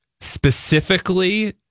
specifically